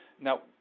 Now